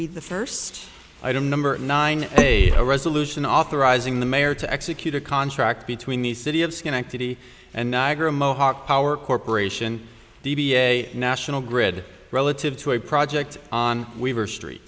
be the first item number nine a a resolution authorizing the mayor to execute a contract between the city of schenectady and niagara mohawk power corporation dba national grid relative to a project on weaver street